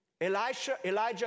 Elijah